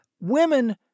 women